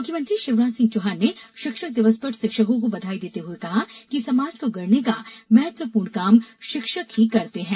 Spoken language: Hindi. मुख्यमंत्री शिवराज सिंह चौहान ने शिक्षक दिवस पर शिक्षकों को बघाई देते हुए कहा है कि समाज को गढ़ने का महत्वपूर्ण काम शिक्षक ही करते हैं